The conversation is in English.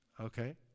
Okay